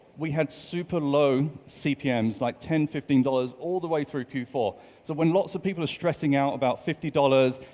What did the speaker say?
we had super low cpms. like ten fifteen dollars all the way through q four. so when lots of people are stressing out about fifty dollars,